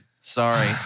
Sorry